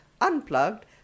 Unplugged